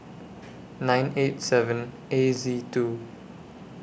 nine eight seven A Z two